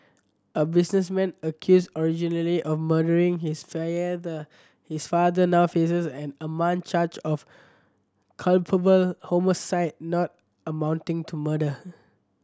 a businessman accused originally of murdering his his father now faces an amended charge of culpable homicide not amounting to murder